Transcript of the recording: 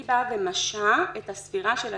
היא באה ומשהה את הספירה של הצ'קים.